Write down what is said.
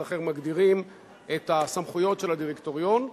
אחר מגדירים את הסמכויות של הדירקטוריון,